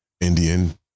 Indian